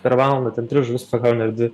per valandą ten tris žuvis pagauni ar dvi